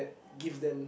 give them